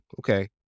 okay